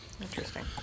Interesting